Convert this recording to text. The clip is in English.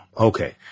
Okay